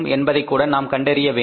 என்பதைக்கூட நாம் கண்டறிய வேண்டும்